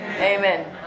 Amen